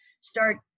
start